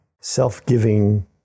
self-giving